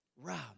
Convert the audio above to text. Rob